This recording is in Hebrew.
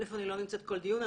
אל"ף, אני לא נמצאת כל דיון.